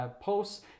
posts